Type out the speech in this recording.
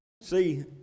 See